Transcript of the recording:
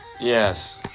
yes